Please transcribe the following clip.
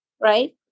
right